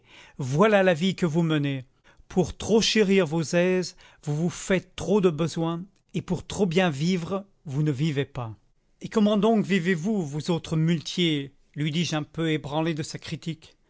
voilà la vie que vous menez pour trop chérir vos aises vous vous faites trop de besoins et pour trop bien vivre vous ne vivez pas et comment donc vivez-vous vous autres muletiers lui dis-je un peu ébranlé de sa critique